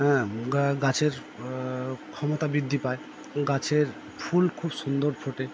হ্যাঁ গাছের ক্ষমতা বৃদ্ধি পায় গাছের ফুল খুব সুন্দর ফোটে